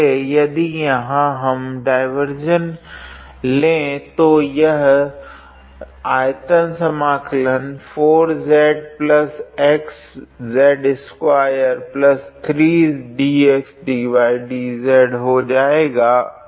यदि यहाँ हम डाइवार्जेंस ले तो यह हो जाएगा